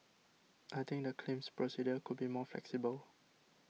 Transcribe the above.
I think the claims procedure could be more flexible